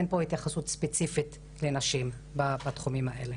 אין פה התייחסות ספציפית לנשים בתחומים האלה.